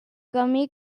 camí